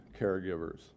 caregivers